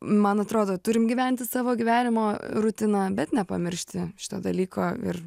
man atrodo turim gyventi savo gyvenimo rutiną bet nepamiršti šito dalyko ir